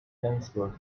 flensburg